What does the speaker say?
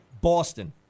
Boston